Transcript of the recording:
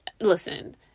Listen